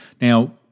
now